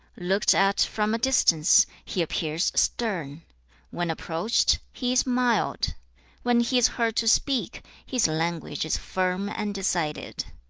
looked at from a distance, he appears stern when approached, he is mild when he is heard to speak, his language is firm and decided